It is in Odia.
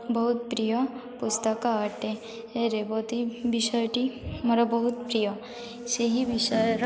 ବହୁତ ପ୍ରିୟ ପୁସ୍ତକ ଅଟେ ରେବତୀ ବିଷୟ ଟି ମୋର ବହୁତ ପ୍ରିୟ ସେହି ବିଷୟର